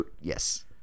Yes